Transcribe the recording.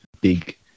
big